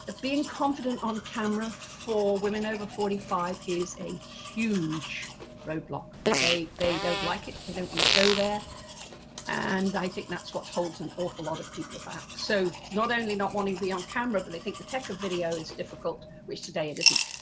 ah being confident on camera for women over forty five is a huge roadblock. they, they don't like it, they don't want to go there and i think that's what holds an awful lot of people back, so not only not wanting to be on camera, but they think the tech of video is difficult, which today it isn't.